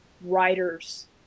writers